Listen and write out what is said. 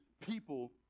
people